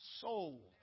soul